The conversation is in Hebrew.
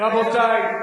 זה בממשלה שלכם.